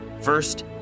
First